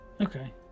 Okay